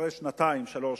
אחרי שנתיים-שלוש,